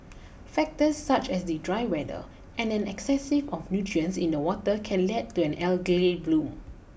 factors such as the dry weather and an excessive of nutrients in the water can lead to an algae bloom